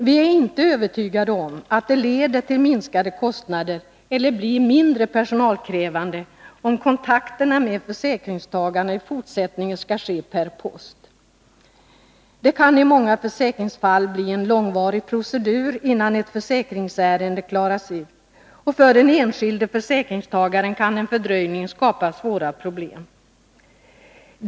Vi är inte övertygade om att det leder till minskade kostnader eller blir mindre personalkrävande, om kontakterna med försäkringstagarna i fortsättningen skall ske per post. Det kan i många försäkringsfal! bli en långvarig procedur, innan ett försäkringsärende klaras ut. För den enskilde försäkringstagaren kan en fördröjning skapa svåra problem.